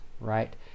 right